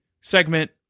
segment